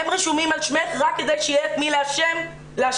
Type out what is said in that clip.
הם רשומים על שמך רק כדי שיהיה את מי להאשים כשתפשלי.